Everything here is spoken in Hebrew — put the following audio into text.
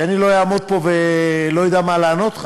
כדי שאני לא אעמוד פה ולא אדע מה לענות לך